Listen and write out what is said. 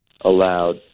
allowed